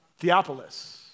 Theopolis